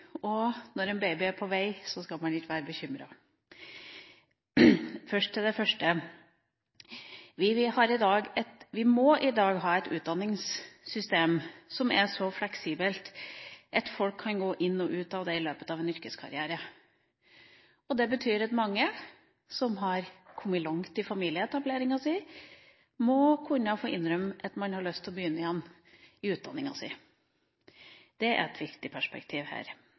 at når en baby er på vei, skal man ikke være bekymret. Til det første: Vi må i dag ha et utdanningssystem som er så fleksibelt at folk kan gå inn og ut av det i løpet av en yrkeskarriere. Det betyr at mange som har kommet langt i sin familieetablering, må kunne innrømme at de har lyst til å begynne igjen på utdanninga si. Det er ett viktig perspektiv her.